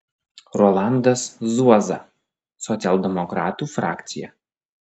rolandas zuoza socialdemokratų frakcija